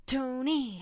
Tony